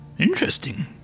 Interesting